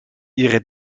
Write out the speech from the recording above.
ihre